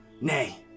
nay